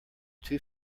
two